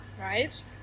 right